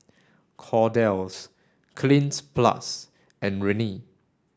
Kordel's Cleanz plus and Rene